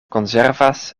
konservas